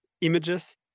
images